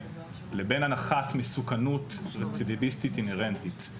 לבין הנחת מסוכנות רצידיביסטית אינהרנטית.